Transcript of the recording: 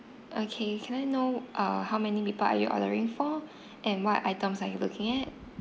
okay can I know uh how many people are you ordering for and what items are you looking at